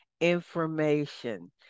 information